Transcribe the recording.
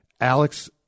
Alex